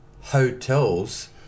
hotels